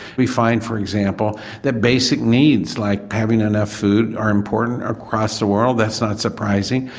we find for example that basic needs like having enough food are important across the world, that's not surprising,